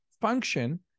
function